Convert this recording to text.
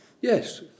Yes